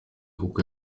kuko